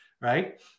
right